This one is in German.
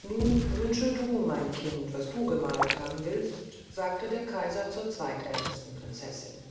nun wünsche du mein kind was du gemalt haben willst sagte der kaiser zur zweitältesten prinzessin